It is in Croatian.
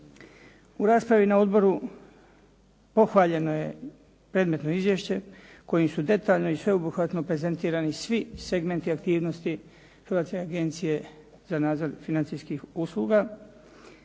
U raspravi na odboru pohvaljeno je predmetno izvješće kojim su detaljno i sveobuhvatno prezentirani svi segmenti aktivnosti Hrvatske agencije za nadzor financijskih usluga